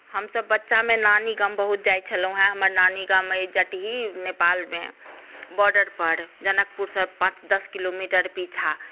हमसभ बच्चामे नानीगाम बहुत जाइत छलहुँ हेँ हमर नानीगाम अइ जटही नेपालमे बॉर्डरपर जनकपुरसँ पाँच दस किलोमीटर पाछाँ